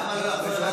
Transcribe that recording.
למה לא לוועדת כלכלה?